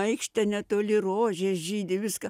aikštė netoli rožės žydi viską